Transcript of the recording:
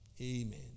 Amen